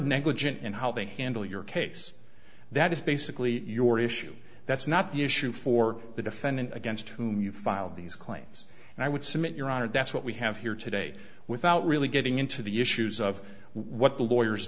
negligent in how they handle your case that is basically your issue that's not the issue for the defendant against whom you file these claims and i would submit your honor that's what we have here today without really getting into the issues of what the lawyers